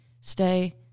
stay